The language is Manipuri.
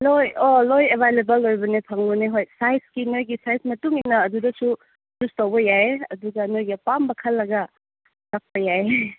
ꯂꯣꯏ ꯑꯣ ꯂꯣꯏ ꯑꯦꯕꯥꯏꯂꯦꯕꯜ ꯑꯣꯏꯕꯅꯦ ꯐꯪꯕꯅꯦ ꯍꯣꯏ ꯁꯥꯏꯖꯀꯤ ꯅꯣꯏꯒꯤ ꯁꯥꯏꯖ ꯃꯇꯨꯡ ꯏꯟꯅ ꯑꯗꯨꯗꯁꯨ ꯆꯨꯁ ꯇꯧꯕ ꯌꯥꯏ ꯑꯗꯨꯒ ꯅꯣꯏꯒꯤ ꯑꯄꯥꯝꯕ ꯈꯜꯂꯒ ꯀꯛꯄ ꯌꯥꯏ